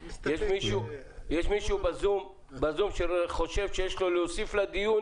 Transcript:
יש מישהו בזום שחושב שיש לו מה להוסיף לדיון,